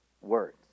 words